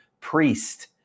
priest